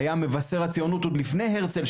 שהיה מבשר הציונות עוד לפני הרצל,